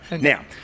Now